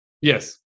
Yes